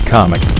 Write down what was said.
Comic